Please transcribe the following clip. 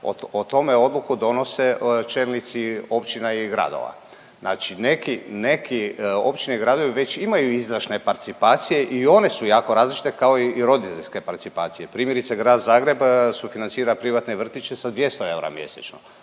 o tome odluku donose čelnici općina i gradova. Znači neki, neki općine i gradovi već imaju izdašne participacije i one su jako različite kao i roditeljske participacije. Primjerice Grad Zagreb sufinancira privatne vrtiće sa 200 eura mjesečno